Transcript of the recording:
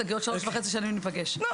לפני יציאת